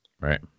Right